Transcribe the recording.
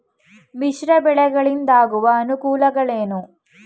ಮಿಶ್ರ ಬೆಳೆಗಳಿಂದಾಗುವ ಅನುಕೂಲಗಳೇನು?